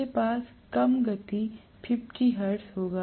मेरे पास कम गति 50 हर्ट्ज होगा